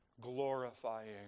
glorifying